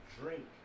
drink